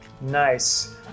Nice